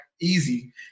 easy